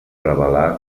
revelà